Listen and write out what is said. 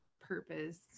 purpose